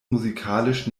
musikalisch